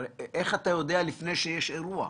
איך אתה יודע לפני שיש אירוע?